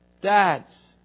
Dads